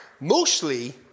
mostly